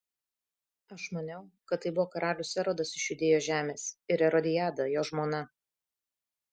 aš maniau kad tai buvo karalius erodas iš judėjos žemės ir erodiada jo žmona